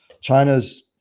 China's